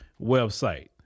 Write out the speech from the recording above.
website